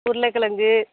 உருளக்கெழங்கு